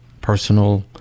personal